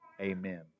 Amen